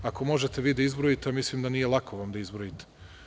Ako možete da izbrojite, ali mislim da vam nije lako da izbrojite.